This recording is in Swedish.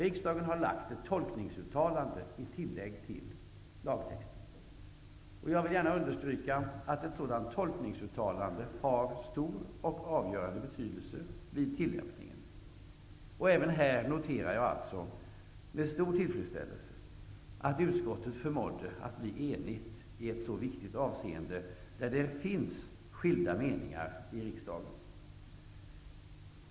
Riksdagen har lagt ett tolkningsuttalande i ett tillägg till lagtexten. Jag vill gärna understryka att ett sådant tolkningsuttalande har stor och avgörande betydelse vid tillämpningen. Även här noterar jag alltså med stor tillfredsställelse att utskottet förmådde bli enigt i ett så viktigt avseende, där det finns skilda meningar i riksdagen.